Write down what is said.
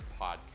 Podcast